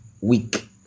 week